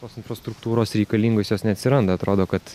tos infrastruktūros reikalingos jos neatsiranda atrodo kad